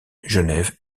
genève